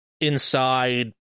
inside